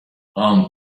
aunt